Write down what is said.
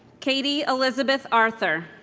katie elizabeth arthur